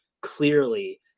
clearly